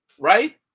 right